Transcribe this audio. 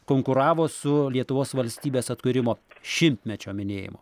konkuravo su lietuvos valstybės atkūrimo šimtmečio minėjimu